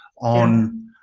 on